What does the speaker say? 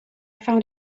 found